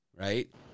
right